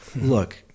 look